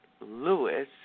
Lewis